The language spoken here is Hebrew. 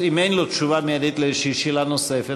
אין לו תשובה מיידית על השאלה הנוספת,